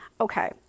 Okay